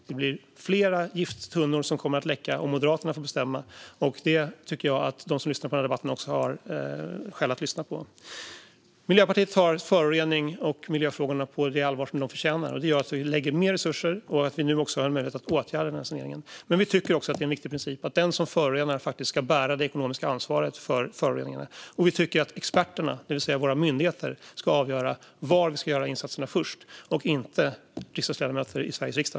Det blir fler gifttunnor som ligger kvar och läcker om Moderaterna får bestämma, och det tycker jag att de som lyssnar på den här debatten har skäl att tänka på. Miljöpartiet tar föroreningarna och miljöfrågorna på det allvar som de förtjänar. Det gör att vi lägger mer resurser på det, och nu har vi möjlighet att åtgärda saneringen. Men vi tycker också att det är en viktig princip att den som förorenar ska bära det ekonomiska ansvaret för föroreningarna. Och vi tycker att experterna, det vill säga våra myndigheter, ska avgöra var vi ska göra insatserna först - inte ledamöter i Sveriges riksdag.